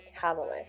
catalyst